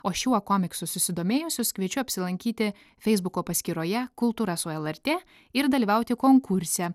o šiuo komiksu susidomėjusius kviečiu apsilankyti feisbuko paskyroje kultūra su lrt ir dalyvauti konkurse